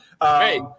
Hey